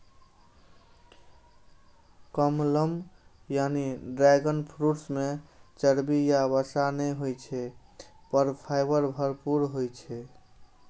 कमलम यानी dragon fruit मे चर्बी या वसा नै होइ छै, पर फाइबर भरपूर होइ छै